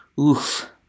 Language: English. oof